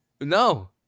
No